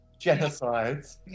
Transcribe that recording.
genocides